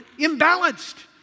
imbalanced